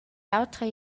l’autra